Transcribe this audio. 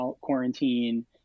quarantine